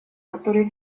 которые